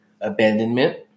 abandonment